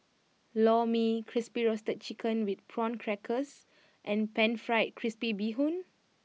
Lor Mee Crispy Roasted Chicken with Prawn Crackers and Pan Fried Crispy Bee Hoon